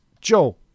Joe